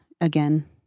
again